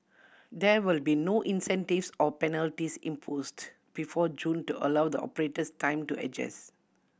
there will be no incentives or penalties imposed before June to allow the operators time to adjust